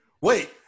Wait